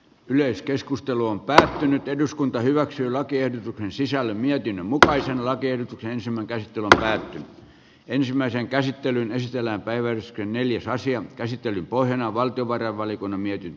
yleiskeskustelu on päättänyt eduskunta hyväksy lakien sisällön jokin mutkaisen lakiehdotuksen tämän kevään ensimmäisen käsittelyn sisällä päivän neljäs asian käsittelyn pohjana on valtiovarainvaliokunnan mietintö